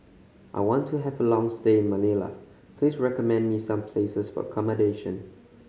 I want to have a long stay in Manila please recommend me some places for accommodation